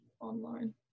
online